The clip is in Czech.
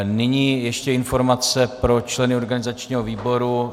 Nyní ještě informace pro členy organizačního výboru.